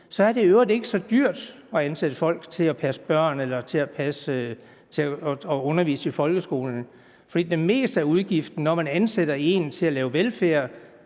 Så er det i øvrigt ikke så dyrt at ansætte folk til at passe børn eller til at undervise i folkeskolen, for størstedelen af udgiften, når man ansætter en til at yde velfærd,